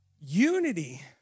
Unity